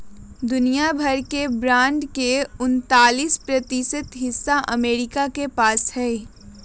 दुनिया भर के बांड के उन्तालीस प्रतिशत हिस्सा अमरीका के पास हई